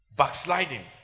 backsliding